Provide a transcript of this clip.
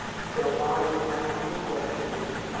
so my my question is,